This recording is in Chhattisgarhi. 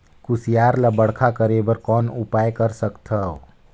कुसियार ल बड़खा करे बर कौन उपाय कर सकथव?